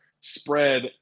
spread